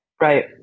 Right